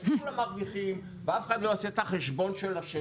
אז כולם מרוויחים ואף אחד לא יעשה את החשבון של השני.